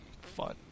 fun